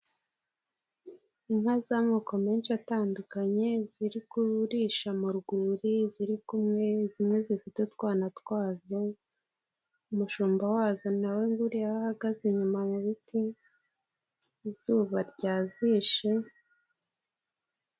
Inka z'amoko menshi atandukanye ziri kuririsha mu rwuri ziri kumwe zimwe zifite utwana twazo, umushumba wazo nawe nguriya aho ahagaze inyuma mu biti izuba ryazishe...